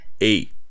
eight